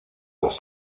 dos